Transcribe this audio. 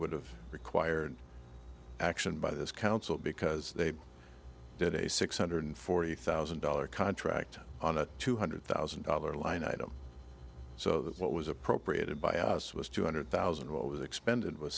would have required action by this council because they did a six hundred forty thousand dollar contract on a two hundred thousand dollar line item so that what was appropriated by us was two hundred thousand and what was expended was